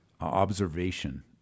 observation